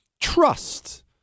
trust